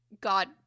God